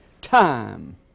Time